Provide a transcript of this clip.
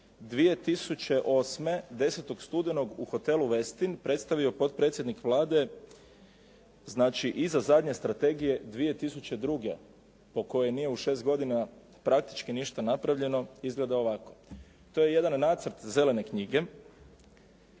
2008. 10. studenog u hotelu Westin predstavio potpredsjednik Vlade. Znači, iza zadnje strategije 2002. po kojoj nije praktički ništa napravljeno izgleda ovako. To je jedan nacrt zelene knjige